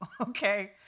Okay